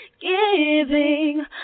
Giving